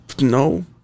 No